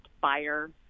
buyer